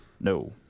No